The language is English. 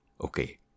okay